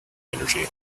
energy